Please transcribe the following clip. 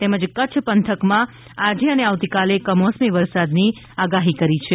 તેમજ કચ્છ પંથકમાં આજે અને આવતીકાલે કમોસમી વરસાદની આગાહી કરી છે